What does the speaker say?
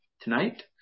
tonight